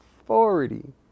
authority